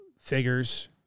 figures